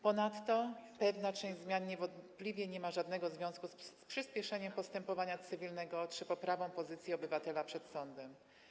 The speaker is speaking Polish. Ponadto pewna część zmian niewątpliwie nie ma żadnego związku z przyspieszeniem postępowania cywilnego czy poprawą pozycji obywatela przed sądem.